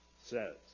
says